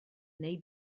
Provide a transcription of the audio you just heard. neu